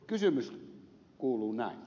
kysymys kuuluu näin